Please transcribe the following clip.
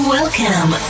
Welcome